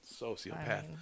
sociopath